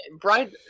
brian